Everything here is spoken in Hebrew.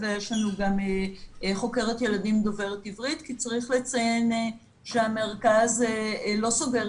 אבל יש לנו גם חוקרת ילדים דוברת עברית כי צריך לציין שהמרכז לא סוגר